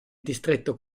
distretto